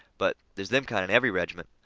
but there's them kind in every regiment,